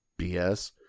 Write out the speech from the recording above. BS